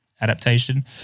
adaptation